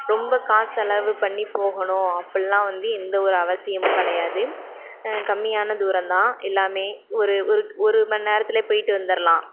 ரொம்ப காசு செலவு பண்ணி போகணும் அப்படிலாம் வந்து எந்தவொரு அவசியமும் கிடையாது கம்மியான தூரந்தான் எல்லாமே ஒரு ஒரு ஒரு மணி நேரத்திலே போய்ட்டு வந்துடலாம்